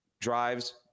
drives